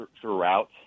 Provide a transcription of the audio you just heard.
throughout